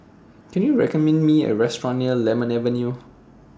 Can YOU recommend Me A Restaurant near Lemon Avenue